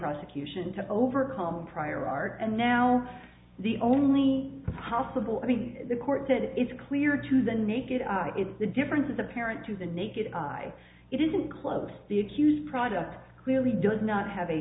prosecution to overcome prior art and now the only possible i mean the court said it's clear to the naked eye if the difference is apparent to the naked eye it isn't clothes the accused product clearly does not have a